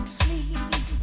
sleep